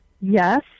Yes